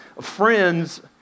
friends